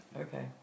Okay